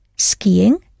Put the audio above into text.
skiing